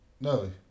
No